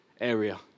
area